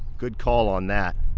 good call on that.